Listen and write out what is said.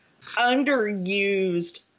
underused